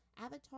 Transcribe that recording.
Avatar